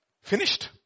finished